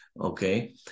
okay